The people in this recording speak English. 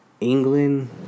england